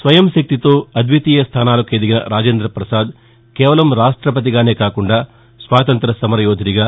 స్వయం శక్తితో అద్వితీయ స్థానాలకు ఎదిగిన రాజేంద ప్రసాద్ కేవలం రాష్టపతిగానే కాకుండా స్వాతంత సమరయోధుడిగా